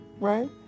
right